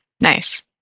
Nice